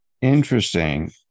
Interesting